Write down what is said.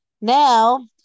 Now